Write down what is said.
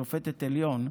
שופטת העליון,